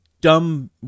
dumb